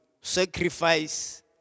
sacrifice